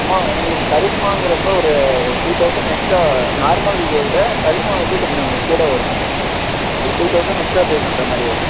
ஆமாம் உங்களுக்கு கரிஷ்மாங்கிறப்போ ஒரு டூ தவுசன் எக்ஸ்ட்ரா நார்மல் இதை விட கரிஷ்மா வந்து கொஞ்சம் கூட வரும் மேம் ஒரு டூ தவுசன் எக்ஸ்ட்ரா பே பண்ணுற மாதிரி வரும்